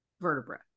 vertebra